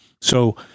So-